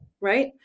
Right